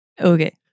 Okay